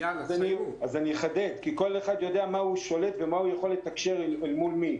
אני אחדד כי כל אחד יודע במה הוא שולט ובמה הוא יכול לתקשר ומול מי.